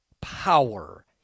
power